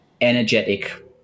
energetic